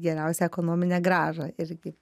geriausią ekonominę grąžą irgi